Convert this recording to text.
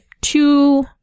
two